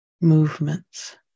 movements